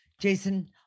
Jason